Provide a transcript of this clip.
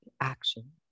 action